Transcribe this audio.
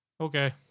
Okay